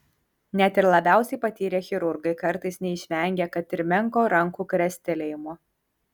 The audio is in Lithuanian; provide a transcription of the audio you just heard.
net ir labiausiai patyrę chirurgai kartais neišvengia kad ir menko rankų krestelėjimo